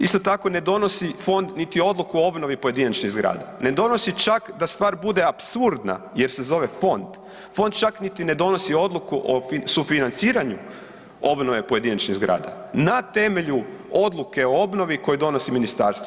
Isto tako ne donosi fond niti odluku o obnovi pojedinačnih zgrada, ne donosi čak da stvar bude apsurdna jer se zove fond, fond čak niti ne donosi odluku o sufinanciranju obnove pojedinačnih zgrada na temelju odluke o obnovi koju donosi ministarstvo.